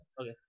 Okay